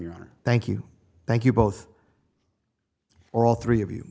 your honor thank you thank you both or all three of you